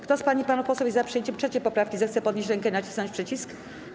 Kto z pań i panów posłów jest za przyjęciem 3. poprawki, zechce podnieść rękę i nacisnąć przycisk.